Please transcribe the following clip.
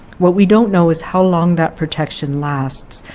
what we don't know is how long that protection lasts,